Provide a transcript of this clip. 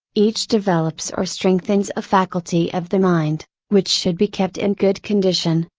each develops or strengthens a faculty of the mind, which should be kept in good condition,